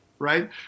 Right